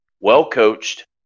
well-coached